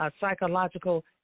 psychological